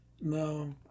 No